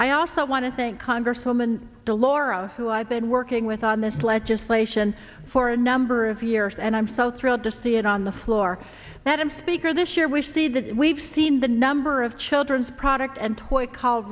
i also want to thank congresswoman de lauro who i've been working with on this legislation for a number of years and i'm so thrilled to see it on the floor that i'm speaker this year we see that we've seen the number of children's product and toy call